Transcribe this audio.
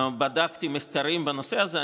בדקתי מחקרים בנושא הזה.